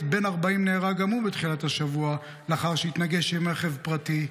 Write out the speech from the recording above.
בן 40 נהרג גם הוא בתחילת השבוע לאחר שהתנגש ברכב פרטי.